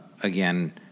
Again